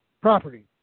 property